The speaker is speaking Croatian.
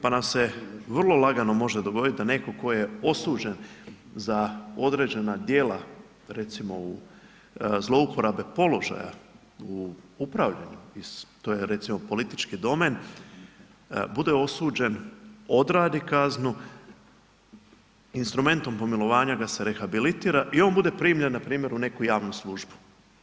Pa nam se vrlo lagano može dogoditi da netko tko je osuđen za određena djela recimo zlouporabe položaja u upravljanju to je recimo politički domen bude osuđen, odradi kaznu, instrumentom pomilovanja ga se rehabilitira i on bude primljen npr. u neku javnu službu.